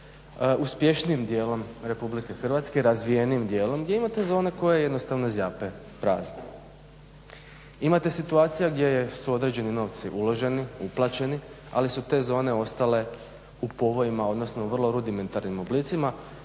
uspješnijim dijelom RH razvijenijim dijelom gdje imate zone koje jednostavno zjape prazne. Imate situacija gdje su određeni novci uloženi, uplaćeni ali su te zone ostale u povojima odnosno vrlo rudimentarnim oblicima,